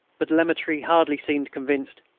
but lemaitre hardly seemed convinced.